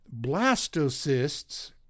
blastocysts